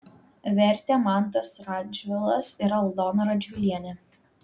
vertė mantas radžvilas ir aldona radžvilienė